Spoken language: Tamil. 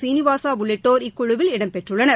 சீனிவாசா உள்ளிட்டோர் இந்தக்குழுவில் இடம் பெற்றுள்ளனர்